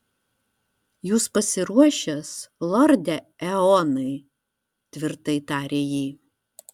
jūs pasiruošęs lorde eonai tvirtai tarė ji